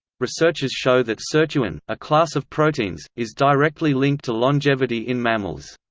researchers show that sirtuin, a class of proteins, is directly linked to longevity in mammals.